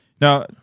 Now